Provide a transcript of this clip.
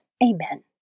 Amen